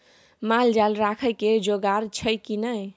माल जाल राखय के जोगाड़ छौ की नै